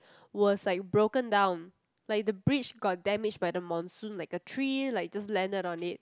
was like broken down like the bridge got damage by the monsoon like a tree like just landed on it